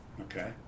Okay